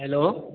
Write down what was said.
hello